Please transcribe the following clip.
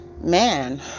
Man